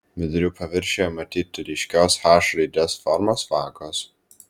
vidurių paviršiuje matyti ryškios h raidės formos vagos